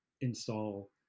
install